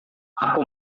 aku